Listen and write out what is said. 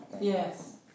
Yes